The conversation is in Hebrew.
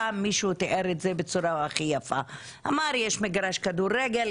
פעם מישהו תיאר תאר זה בצורה הכי יפה ואמר שיש מגרש כדורגל,